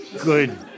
good